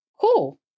Cool